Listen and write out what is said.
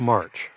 March